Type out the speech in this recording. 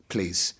Please